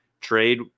trade